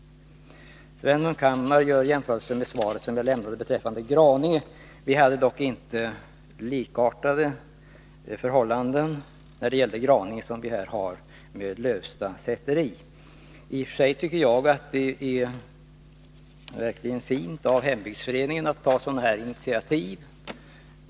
Sven Munke gör en jämförelse med det frågesvar jag lämnade beträffande Granhammars slott. Det var dock inte likartade förhållanden vid Granhammar som när det gäller Lövsta säteri. Jag tycker i och för sig att det verkligen är fint att hembygdsföreningen tar ett sådant här initiativ.